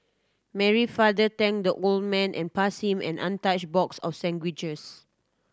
Mary father thanked the old man and passed him an untouched box of sandwiches